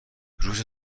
روز